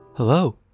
Hello